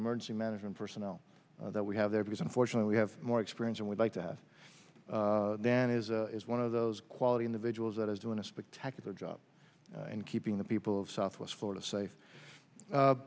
emergency management personnel that we have there because unfortunately we have more experience than we'd like to have than is one of those quality individuals that is doing a spectacular job and keeping the people of southwest florida safe